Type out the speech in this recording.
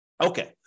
Okay